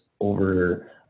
over